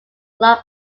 club